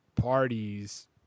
parties